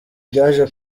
byaje